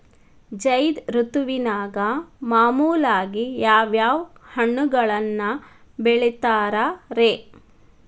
ಝೈದ್ ಋತುವಿನಾಗ ಮಾಮೂಲಾಗಿ ಯಾವ್ಯಾವ ಹಣ್ಣುಗಳನ್ನ ಬೆಳಿತಾರ ರೇ?